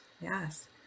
Yes